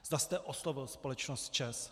Zda jste oslovil společnost ČEZ.